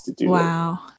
wow